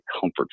comfort